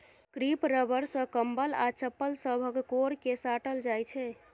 crepe rubber सँ कंबल आ चप्पल सभक कोर केँ साटल जाइ छै